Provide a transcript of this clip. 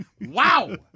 Wow